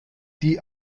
die